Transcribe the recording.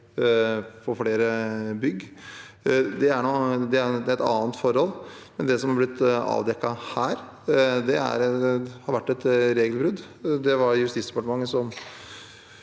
på flere bygg. Det er et annet forhold enn det som har blitt avdekket her. Det har vært et regelbrudd. Det var Justis- og